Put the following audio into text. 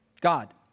God